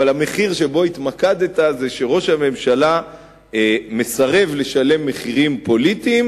אבל המחיר שבו התמקדת הוא שראש הממשלה מסרב לשלם מחירים פוליטיים